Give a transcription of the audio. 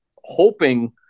hoping